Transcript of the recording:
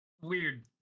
Weird